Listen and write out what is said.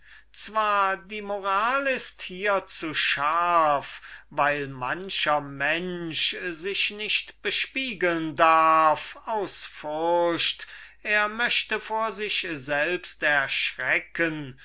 zwar die moral ist hier zu scharf weil mancher mensch sich nicht bespiegeln darf aus furcht er möchte vor sich selbst erschrecken